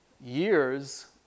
years